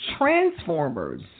Transformers